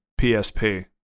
PSP